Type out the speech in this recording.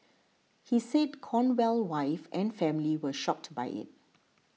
he said Cornell wife and family were shocked by it